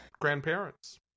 Grandparents